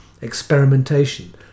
experimentation